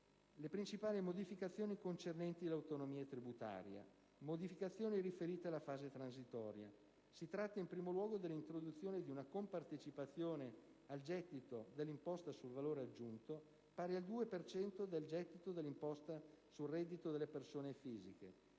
le principali modificazioni concernenti l'autonomia tributaria, il riferimento è innanzitutto alle modificazioni riferite alla fase transitoria. Si tratta, in primo luogo, dell'introduzione di una compartecipazione al gettito dell'imposta sul valore aggiunto, pari al 2 per cento del gettito dell'imposta sul reddito delle persone fisiche,